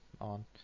on